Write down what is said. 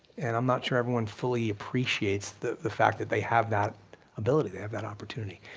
and i'm not sure everyone fully appreciates the the fact that they have that ability. they have that opportunity.